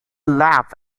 left